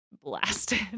blasted